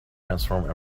transform